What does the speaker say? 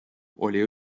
oli